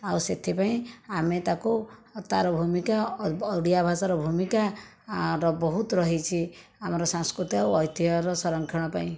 ଆଉ ସେଥିପାଇଁ ଆମେ ତାକୁ ଆଉ ତାର ଭୂମିକା ଓଡ଼ିଆ ଭାଷାର ଭୂମିକା ଆର ବହୁତ ରହିଛି ଆମର ସାଂସ୍କୃତି ଆଉ ଐତିହର ସଂରକ୍ଷଣ ପାଇଁ